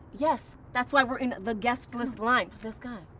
yes, that's why we're in the guest list line. this guy.